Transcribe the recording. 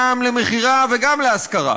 גם למכירה וגם להשכרה,